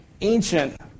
Ancient